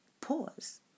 pause